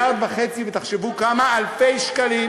1.5, ותחשבו כמה אלפי שקלים,